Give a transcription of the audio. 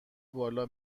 بالا